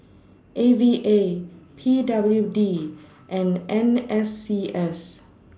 A V A P W D and N S C S